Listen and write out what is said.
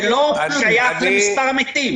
זה לא שייך למספר המתים.